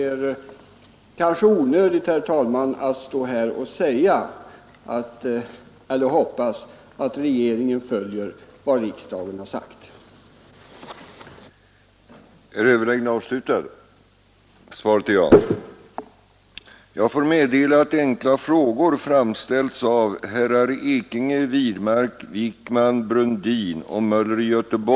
Det kanske är onödigt att stå här och uttrycka en förhoppning om att regeringen följer vad riksdagen har sagt, men nu är det ändå sagt.